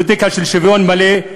פוליטיקה של שוויון מלא,